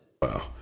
Wow